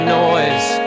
noise